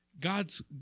God's